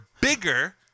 bigger